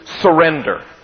surrender